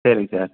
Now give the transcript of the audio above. சரிங்க சார்